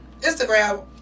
instagram